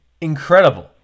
incredible